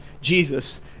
Jesus